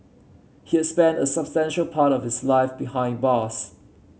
he had spent a substantial part of his life behind bars